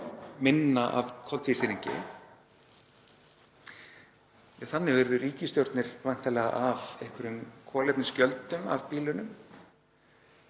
minna af koltvísýringi. Þannig urðu ríkisstjórnir væntanlega af einhverjum kolefnisgjöldum af bílunum,